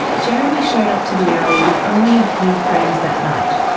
jeremy showed up to the alley with only a few friends that night.